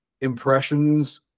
impressions